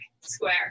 Square